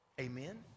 Amen